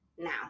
now